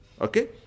Okay